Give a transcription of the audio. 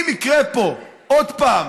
אם יקרה פה עוד פעם